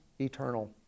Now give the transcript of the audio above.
eternal